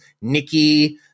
Nikki